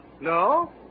No